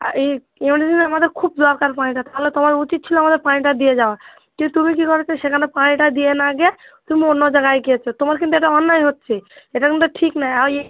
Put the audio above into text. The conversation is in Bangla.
আর এই আমাদের খুব দরকার পানিটা তাহলে তোমার উচিত ছিল আমাকে পানিটা দিয়ে যাওয়া কিন্তু তুমি কী করেছ সেখানে পানিটা দিয়ে না গিয়ে তুমি অন্য জায়গায় গিয়েছ তোমার কিন্তু এটা অন্যায় হচ্ছে এটা কিন্তু ঠিক নয় আর ইয়ে